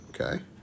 Okay